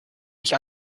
mich